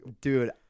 dude